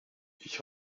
ich